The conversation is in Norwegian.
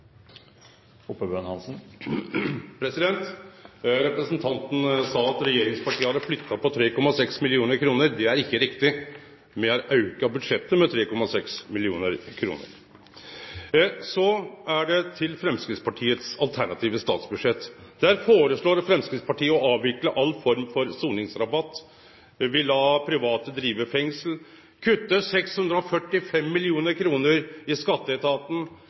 riktig. Me har auka budsjettet med 3,6 mill. kr. Så til Framstegspartiets alternative statsbudsjett. Der foreslår Framstegspartiet å avvikle all form for soningsrabatt, å la private drive fengsel, å kutte 645 mill. kr til Skatteetaten,